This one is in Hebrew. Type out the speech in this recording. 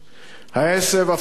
העשב הפך לשדה